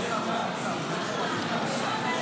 אבל אפשר לשבת במקומות.